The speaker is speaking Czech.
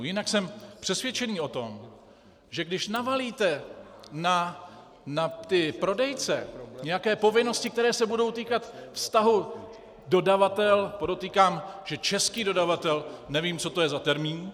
Jinak jsem přesvědčený o tom, že když navalíte na ty prodejce nějaké povinnosti, které se budou týkat vztahu dodavatel podotýkám, že český dodavatel, nevím, co to je za termín.